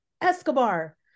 Escobar